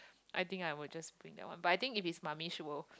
I think I would just bring that one but I think if it's mummy she will